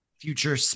future